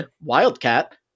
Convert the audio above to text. wildcat